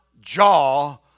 jaw